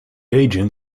agent